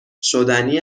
شدنی